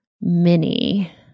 mini